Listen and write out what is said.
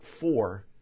four